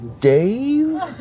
Dave